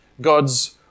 God's